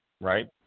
right